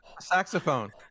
Saxophone